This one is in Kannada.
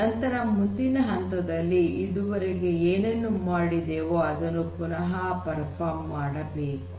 ನಂತರ ಮುಂದಿನ ಹಂತದಲ್ಲಿ ಇದುವರೆಗೆ ಏನನ್ನು ಮಾಡಿದೆವೋ ಅದನ್ನು ಪುನಃ ನಿರ್ವಹಿಸಬೇಕು